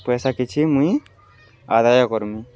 ପଏସା କିଛି ମୁଇଁ ଆଦାୟ କର୍ମି